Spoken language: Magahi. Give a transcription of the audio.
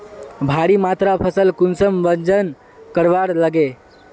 भारी मात्रा फसल कुंसम वजन करवार लगे?